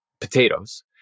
potatoes